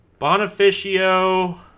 Bonificio